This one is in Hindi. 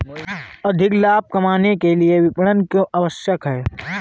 अधिक लाभ कमाने के लिए विपणन क्यो आवश्यक है?